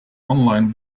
online